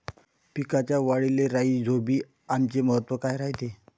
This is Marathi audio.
पिकाच्या वाढीले राईझोबीआमचे महत्व काय रायते?